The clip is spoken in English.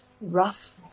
rough